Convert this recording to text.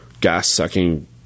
gas-sucking